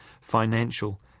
financial